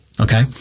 okay